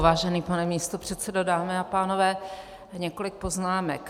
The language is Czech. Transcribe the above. Vážený pane místopředsedo, dámy a pánové, několik poznámek.